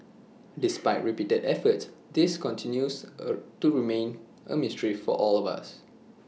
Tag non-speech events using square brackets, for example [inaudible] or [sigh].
despite repeated efforts this continues [hesitation] to remain A mystery to us all